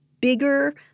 bigger